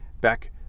Back